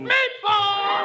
Meatball